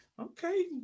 okay